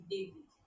David